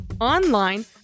online